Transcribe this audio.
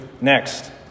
next